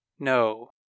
No